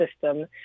system